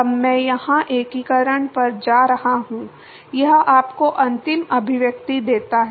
अब मैं यहां एकीकरण पर जा रहा हूं यह आपको अंतिम अभिव्यक्ति देता है